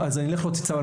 אני אלך להוציא צו,